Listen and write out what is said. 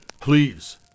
Please